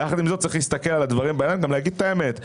יחד עם זאת צריך להסתכל על הדברים וגם לומר את האמת.